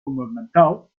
ornamental